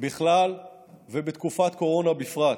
בכלל ובתקופת קורונה בפרט.